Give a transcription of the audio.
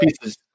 pieces